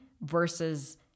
versus